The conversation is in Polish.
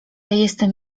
jestem